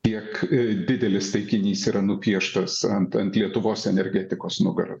kiek didelis taikinys yra nupieštas ant ant lietuvos energetikos nugaros